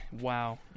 Wow